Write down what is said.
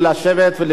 מי שרוצה?